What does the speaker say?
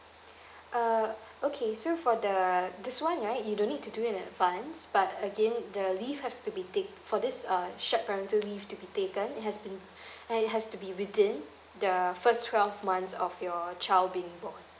uh okay so for the this [one] right you don't need to do it in advance but again the leave has to be ta~ for this uh shared parental leave to be taken it has been it has to be within the first twelve months of your child being born